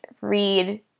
read